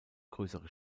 größere